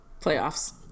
playoffs